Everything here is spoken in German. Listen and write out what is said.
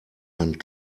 hand